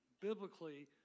Biblically